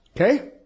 Okay